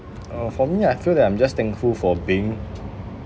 uh for me I feel that I'm just thankful for being